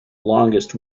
longest